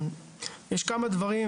יש כמה דברים,